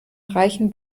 reichen